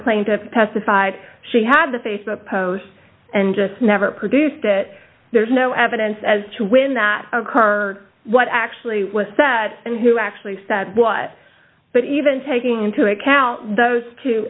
plaintiff testified she had the facebook post and just never produced it there's no evidence as to when that occurred or what actually was said and who actually said but even taking into account those two